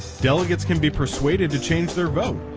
delegates can be persuaded to change their vote,